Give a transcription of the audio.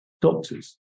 doctors